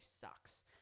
sucks